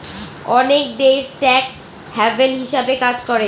অনেক দেশ tax haven হিসাবে কাজ করে